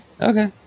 Okay